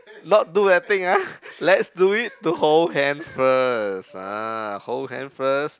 not do that thing ah let's do it to hold hand first ah hold hand first